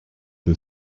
the